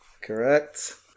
Correct